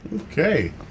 Okay